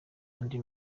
andi